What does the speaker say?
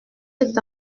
est